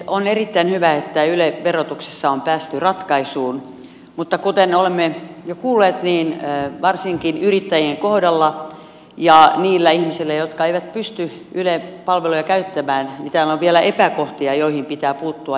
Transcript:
on erittäin hyvä että yle verotuksessa on päästy ratkaisuun mutta kuten olemme jo kuulleet niin varsinkin yrittäjien kohdalla ja niillä ihmisillä jotka eivät pysty ylen palveluja käyttämään täällä on vielä epäkohtia joihin pitää puuttua